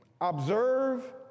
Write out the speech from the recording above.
observe